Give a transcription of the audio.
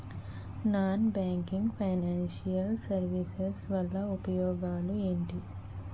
Non banking financial services వల్ల ఉపయోగాలు ఎంటి?